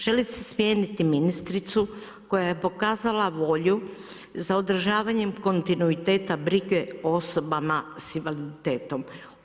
Želi se smijeniti ministricu koja je pokazala volju za održavanjem kontinuiteta briga o osobama sa invaliditetom.